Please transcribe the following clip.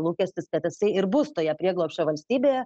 lūkestis kad jisai ir bus toje prieglobsčio valstybėje